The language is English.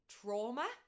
trauma